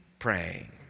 praying